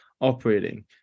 operating